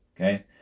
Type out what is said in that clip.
Okay